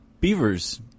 beaver's